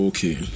Okay